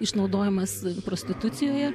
išnaudojimas prostitucijoje